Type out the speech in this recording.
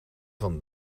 van